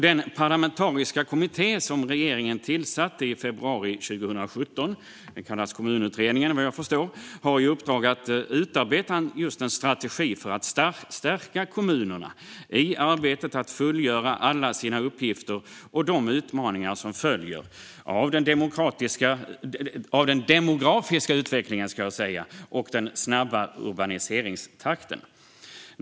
Den parlamentariska kommitté som regeringen tillsatte i februari 2017, Kommunutredningen, har i uppdrag att utarbeta en strategi för att stärka kommunerna i arbetet med att fullgöra alla sina uppgifter och med de utmaningar som följer av den demografiska utvecklingen och den snabba urbaniseringstakten.